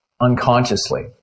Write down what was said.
unconsciously